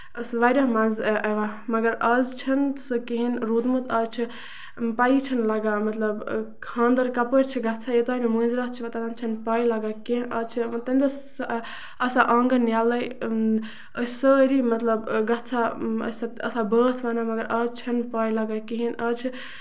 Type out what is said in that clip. اوس واریاہ مَزٕ مَگر آز چھُنہٕ سُہ کِہیٖنۍ روٗدمُت آز چھُ پَییہِ چھےنہٕ لَگان مطلب خاندر کَپٲرۍ چھُ گژھان یوتانۍ نہٕ مانزِرات چھِ واتان توتانۍ چھنہٕ پاے لَگان کیٚنہہ تَمہِ دۄہ آسان آنگَن ییٚلے أسۍ سٲری مطلب گژھان آسان بٲتھ وَنان مَگر آز چھنہٕ پاے لَگان کِہیٖنۍ نہٕ آز چھُ